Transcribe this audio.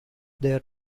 their